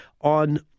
on